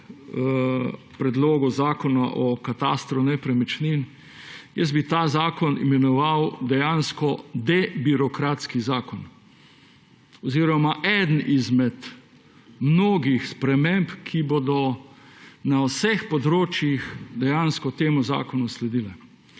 Predlogu zakona o katastru nepremičnin. Jaz bi ta zakon imenoval dejansko debirokratski zakon oziroma eno izmed mnogih sprememb, ki bodo na vseh področjih dejansko temu zakonu sledile.